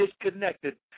disconnected